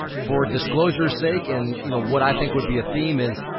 for disclosure's sake and you know what i think would be a theme is,